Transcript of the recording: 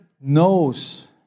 knows